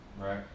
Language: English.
Right